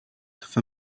for